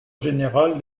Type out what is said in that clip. général